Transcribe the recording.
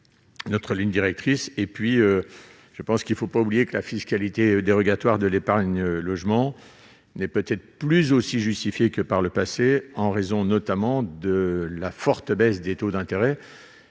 notre ligne directrice. Enfin, gardons à l'esprit que la fiscalité dérogatoire de l'épargne logement n'est peut-être plus si justifiée que par le passé, en raison notamment de la forte baisse des taux d'intérêt.